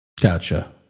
Gotcha